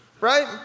Right